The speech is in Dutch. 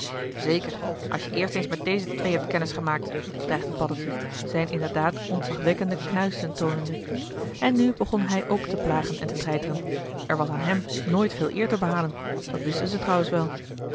zeker als je eerst eens met deze twee hebt joh h been paddeltje de scheepsjongen van michiel de ruijter kennis gemaakt dreigde paddeltje zijn inderdaad ontzagwekkende knuisten toonende en nu begon hij ook te plagen en te treiteren er was aan hem nooit veel eer te behalen dat wisten ze trouwens wel